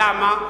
למה?